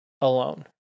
alone